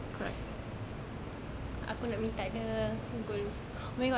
aku nak minta dia gold